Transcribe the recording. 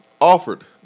offered